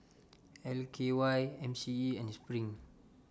L K Y M C E and SPRING